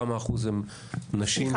כמה אחוז הם נשים ---?